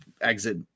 exit